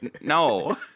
No